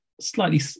slightly